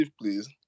please